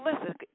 listen